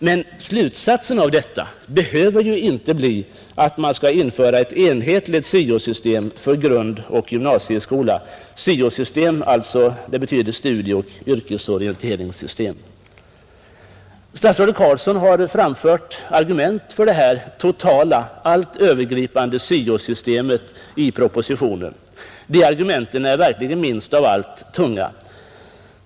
Men slutsatsen av detta behöver inte bli införande av ett enhetligt syo-system för grundoch gymnasieskola. Syo-system betyder alltså studieoch yrkesorienteringssystem. Statsrådet Carlsson har i propositionen framfört argument för det totala, allt övergripande syo-systemet. De argumenten är verkligen minst av allt tunga.